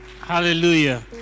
Hallelujah